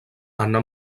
anna